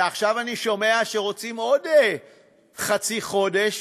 ועכשיו אני שומע שרוצים עוד חצי חודש,